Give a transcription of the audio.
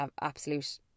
absolute